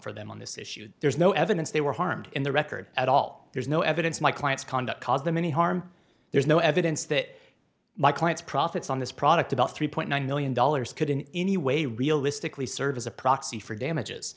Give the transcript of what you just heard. for them on this issue there's no evidence they were harmed in the record at all there's no evidence my client's conduct caused them any harm there's no evidence that my client's profits on this product about three point one million dollars could in any way realistically serve as a proxy for damages